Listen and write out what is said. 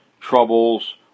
troubles